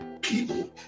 people